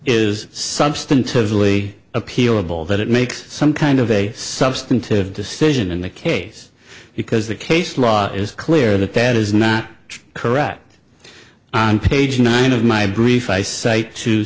is substantively appealable that it makes some kind of a substantive decision in the case because the case law is clear that that is not correct on page nine of my brief eyesight to